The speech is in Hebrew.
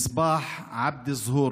מסבאח עבד אזהור,